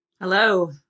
Hello